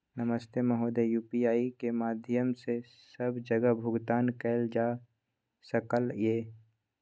नमस्ते महोदय, यु.पी.आई के माध्यम सं सब जगह भुगतान कैल जाए सकल ये?